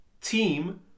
team